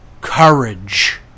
courage